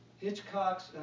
Hitchcock's